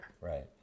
Right